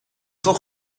toch